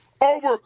over